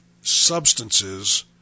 substances